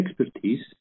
expertise